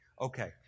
Okay